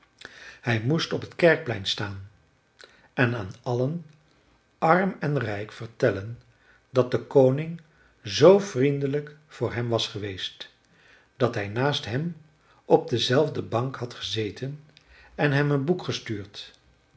hij moest op het kerkplein staan en aan allen arm en rijk vertellen dat de koning zoo vriendelijk voor hem was geweest dat hij naast hem op dezelfde bank had gezeten en hem een boek gestuurd